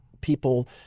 people